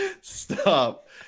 Stop